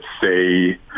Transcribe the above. say